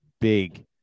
big